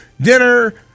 dinner